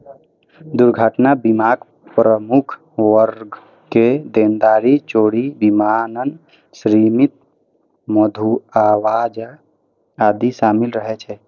दुर्घटना बीमाक प्रमुख वर्ग मे देनदारी, चोरी, विमानन, श्रमिक के मुआवजा आदि शामिल रहै छै